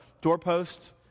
doorpost